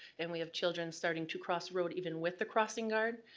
and we have children starting to cross roads even with the crossing guard,